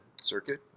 circuit